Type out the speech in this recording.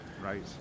right